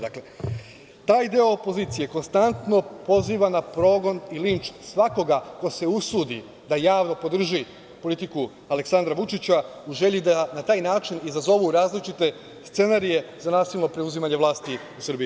Dakle, taj deo opozicije konstantno poziva na progon i linč svakoga ko se usudi da javno podrži politiku Aleksandra Vučića u želji da na taj način izazovu različite scenarije za nasilno preuzimanje vlasti u Srbiji.